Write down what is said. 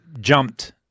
jumped –